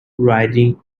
riding